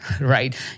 right